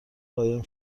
قایم